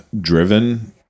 driven